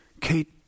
Kate